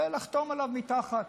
ולחתום עליו מתחת.